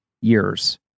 years